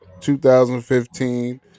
2015